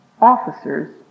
officer's